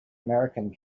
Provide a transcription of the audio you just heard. american